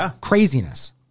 craziness